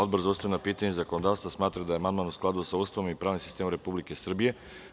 Odbor za ustavna pitanja i zakonodavstvo smatra da je amandman u skladu sa Ustavom i pravnim sistemom Republike Srbije.